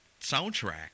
soundtrack